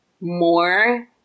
more